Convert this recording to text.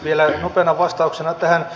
vielä nopeana vastauksena tähän